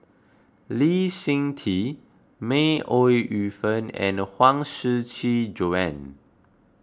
Lee Seng Tee May Ooi Yu Fen and Huang Shiqi Joan